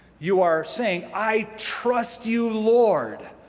you are saying, i trust you, lord.